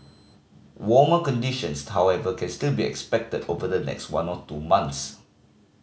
warmer conditions however can still be expected over the next one or two months